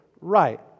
right